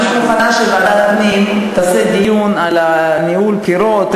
אני מוכנה שוועדת הפנים תקיים דיון על ניהול בחירות,